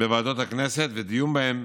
בוועדות הכנסת ודיון בהן,